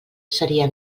seria